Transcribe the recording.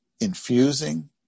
Infusing